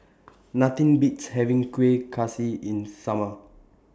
Nothing Beats having Kueh Kaswi in Summer